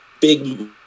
big